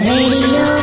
Radio